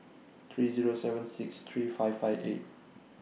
three Zero seven six three five five eight